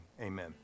amen